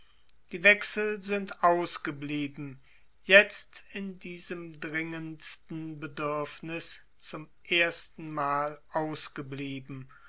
die wechsel sind ausgeblieben jetzt in diesem dringendsten bedürfnis zum erstenmal ausgeblieben